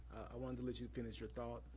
i wanted to let you finish your thought,